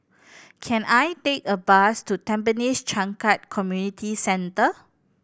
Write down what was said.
can I take a bus to Tampines Changkat Community Centre